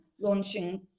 launching